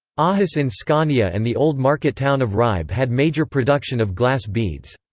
ah ahus in scania and the old market town of ribe had major production of glass beads.